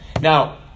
now